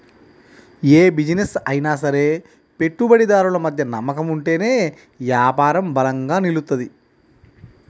యే బిజినెస్ అయినా సరే పెట్టుబడిదారులు మధ్య నమ్మకం ఉంటేనే యాపారం బలంగా నిలుత్తది